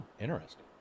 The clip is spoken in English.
interesting